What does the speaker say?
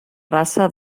raça